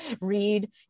read